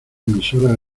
emisoras